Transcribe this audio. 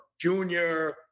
Junior